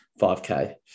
5K